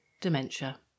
dementia